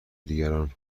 دیگران